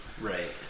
Right